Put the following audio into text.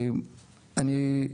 אני,